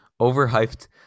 Overhyped